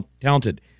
talented